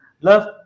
love